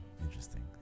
Interesting